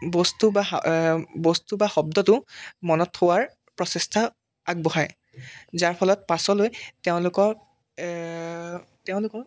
বস্তু বা বস্তু বা শব্দটো মনত থোৱাৰ প্ৰচেষ্টা আগবঢ়াই যাৰ ফলত পাছলৈ তেওঁলোকৰ তেওঁলোকৰ